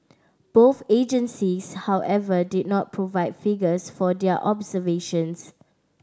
both agencies however did not provide figures for their observations